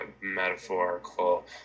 metaphorical